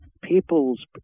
people's